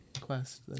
quest